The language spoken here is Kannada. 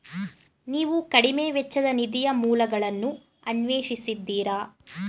ನೀವು ಕಡಿಮೆ ವೆಚ್ಚದ ನಿಧಿಯ ಮೂಲಗಳನ್ನು ಅನ್ವೇಷಿಸಿದ್ದೀರಾ?